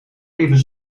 even